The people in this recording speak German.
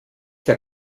der